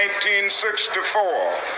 1964